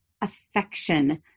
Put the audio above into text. affection